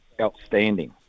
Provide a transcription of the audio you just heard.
outstanding